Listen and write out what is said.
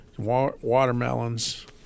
Watermelons